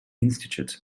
institute